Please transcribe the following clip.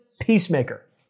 peacemaker